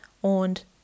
Und